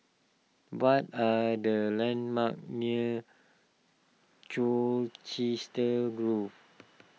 what are the landmarks near Colchester Grove